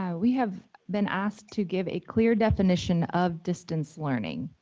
yeah we have been asked to give a clear definition of distance learning.